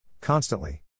Constantly